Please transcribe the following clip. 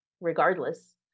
regardless